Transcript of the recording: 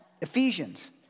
Ephesians